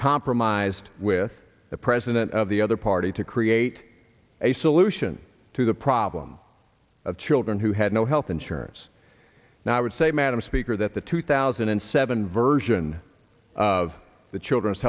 compromised with the president of the other party to create a solution to the problem of children who had no health insurance and i would say madam speaker that the two thousand and seven version of the children's